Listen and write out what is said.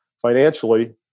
financially